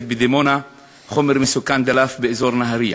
בדימונה חומר מסוכן דלף באזור נהריה.